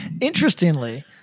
interestingly